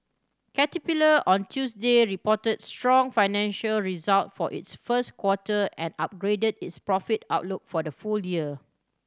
caterpillar on Tuesday reported strong financial result for its first quarter and upgraded its profit outlook for the full year